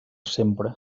sempre